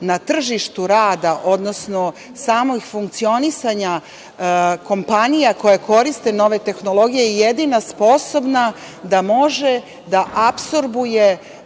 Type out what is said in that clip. na tržištu rada, odnosno samog funkcionisanja kompanija koje koriste nove tehnologije je jedina sposobna da može da apsorbuje